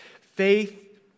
Faith